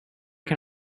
can